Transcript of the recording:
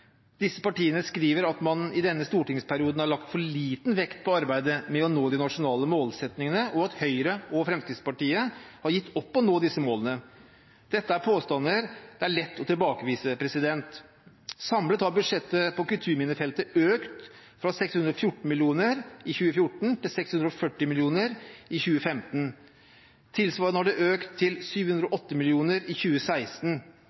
Disse partiene skriver at man i denne stortingsperioden har lagt for liten vekt på arbeidet med å nå de nasjonale målsettingene, og at Høyre og Fremskrittspartiet har gitt opp å nå disse målene. Dette er påstander det er lett å tilbakevise. Samlet har budsjettet på kulturminnefeltet økt fra 614 mill. kr i 2014 til 640 mill. kr i 2015. Tilsvarende har det økt til